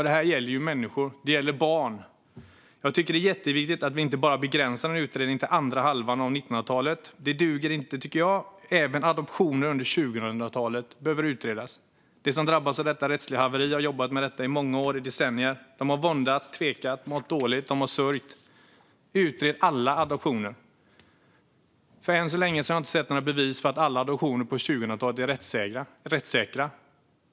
Det här gäller människor - barn. Jag tycker det är jätteviktigt att vi inte begränsar en utredning till andra halvan av 1900-talet. Det duger inte, tycker jag. Även adoptioner under 2000-talet behöver utredas. De som drabbats av detta rättsliga haveri har jobbat med detta i många år, i decennier. De har våndats, tvekat, mått dåligt, sörjt. Utred alla adoptioner! Än så länge har jag inte sett några bevis för att alla adoptioner på 2000-talet är rättssäkra.